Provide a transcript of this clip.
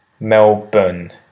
Melbourne